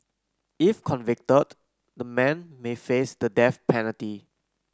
if convicted the men may face the death penalty